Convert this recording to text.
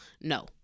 no